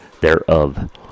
thereof